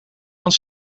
want